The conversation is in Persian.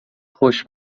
خوش